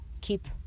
keep